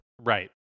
Right